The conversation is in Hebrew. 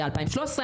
היה 2013,